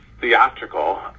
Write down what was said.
theatrical